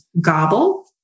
Gobble